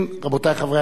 ישיבת